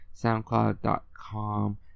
soundcloud.com